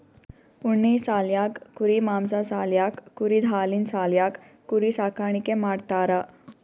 ಉಣ್ಣಿ ಸಾಲ್ಯಾಕ್ ಕುರಿ ಮಾಂಸಾ ಸಾಲ್ಯಾಕ್ ಕುರಿದ್ ಹಾಲಿನ್ ಸಾಲ್ಯಾಕ್ ಕುರಿ ಸಾಕಾಣಿಕೆ ಮಾಡ್ತಾರಾ